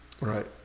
Right